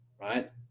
right